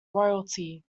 royalty